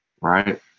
Right